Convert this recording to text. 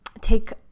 take